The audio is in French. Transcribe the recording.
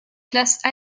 classe